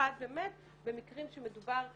במיוחד במקרים שמדובר בבכירים.